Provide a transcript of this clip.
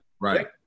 right